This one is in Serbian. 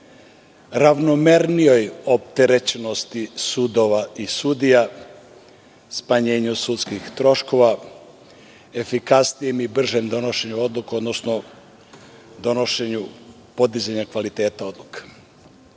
ravnomernijoj opterećenosti sudova i sudija, smanjenju sudskih troškova, efikasnijem i bržem donošenju odluke, odnosno podizanja kvaliteta odluka. Mislimo